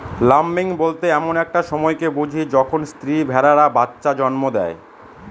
lambing বলতে এমন একটা সময়কে বুঝি যখন স্ত্রী ভেড়ারা বাচ্চা জন্ম দেয়